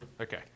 Okay